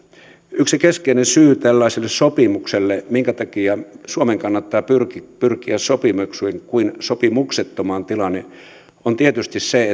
yksi keskeinen syy tällaiselle sopimukselle minkä takia suomen kannattaa pyrkiä sopimukseen ennemmin kuin sopimuksettomaan tilaan on tietysti se